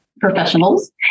professionals